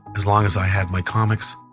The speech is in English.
as long as i had my comics,